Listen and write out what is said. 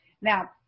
Now